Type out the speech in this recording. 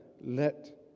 let